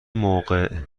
موقع